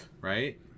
Right